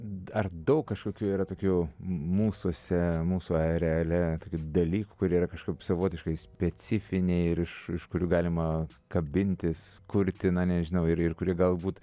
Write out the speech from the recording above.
ar daug kažkokių yra tokių mūsuose mūsų areale tokių dalykų kurie kažkaip savotiškai specifiniai ir iš iš kurių galima kabintis kurti na nežinau ir ir kuri galbūt